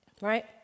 right